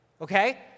Okay